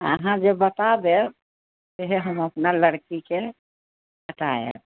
अहाँ जे बता देब सेहे हम अपना लड़कीके कटायब